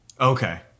Okay